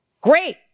Great